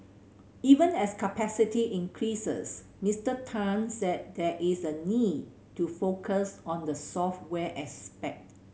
even as capacity increases Mister Tan said there is a need to focus on the software aspect